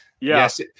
Yes